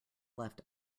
left